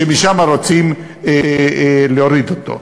שמשם רוצים להוריד אותו.